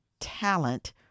talent